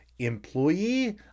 employee